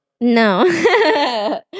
no